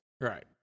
Right